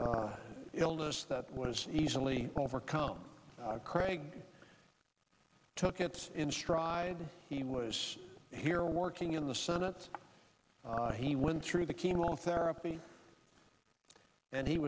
minor illness that was easily overcome craig took it in stride he was here working in the senate he went through the chemotherapy and he